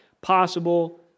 possible